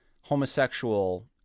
homosexual